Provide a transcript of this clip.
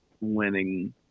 winning